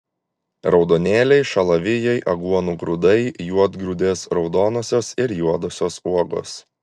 raudonėliai šalavijai aguonų grūdai juodgrūdės raudonosios ir juodosios uogos